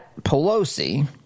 Pelosi